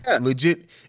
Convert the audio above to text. legit